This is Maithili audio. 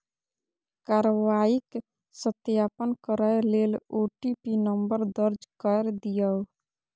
कार्रवाईक सत्यापन करै लेल ओ.टी.पी नंबर दर्ज कैर दियौ